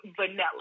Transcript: vanilla